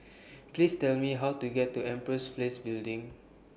Please Tell Me How to get to Empress Place Building